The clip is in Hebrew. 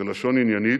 בלשון עניינית,